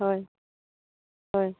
হয় হয়